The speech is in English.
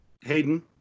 Hayden